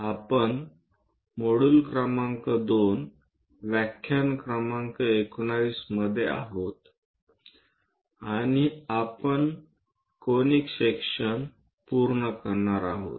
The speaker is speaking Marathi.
आपण मॉड्यूल क्रमांक 2 आणि व्याख्यान क्रमांक 19 मध्ये आहोत आणि आपण कोनिक सेक्शन पूर्ण करणार आहोत